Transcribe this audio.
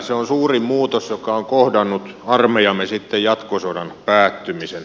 se on suurin muutos joka on kohdannut armeijaamme sitten jatkosodan päättymisen